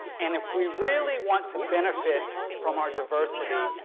and if we really want to benefit from our diversity,